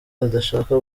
adashaka